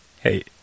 hey